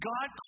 God